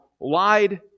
lied